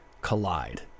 collide